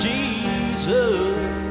Jesus